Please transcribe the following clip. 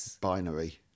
binary